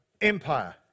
Empire